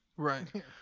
Right